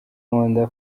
nkunda